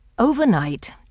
Overnight